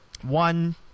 One